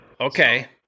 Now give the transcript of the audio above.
Okay